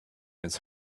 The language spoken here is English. his